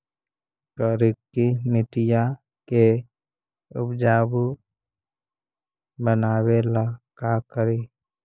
करिकी मिट्टियां के उपजाऊ बनावे ला का करी?